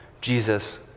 Jesus